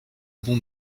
bon